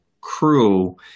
crew